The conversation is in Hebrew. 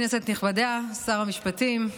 כנסת נכבדה, שר המשפטים,